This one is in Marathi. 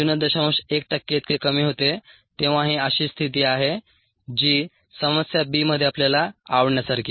1 टक्केइतके कमी होते तेव्हा ही अशी स्थिती आहे जी समस्या b मध्ये आपल्याला आवडण्यासारखी आहे